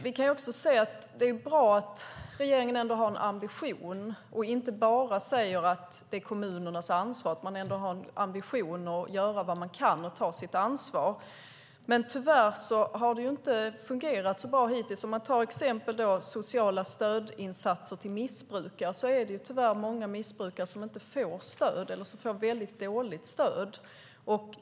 Vi kan också se att det är bra att regeringen har en ambition och inte bara säger att det är kommunernas ansvar. Man har ändå en ambition att göra vad man kan och ta sitt ansvar. Tyvärr har det inte fungerat så bra hittills. Om man tar sociala stödinsatser till missbrukare som exempel är det tyvärr många missbrukare som inte får stöd eller får väldigt dåligt stöd.